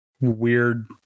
weird